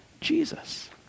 Jesus